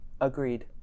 Agreed